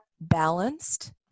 balanced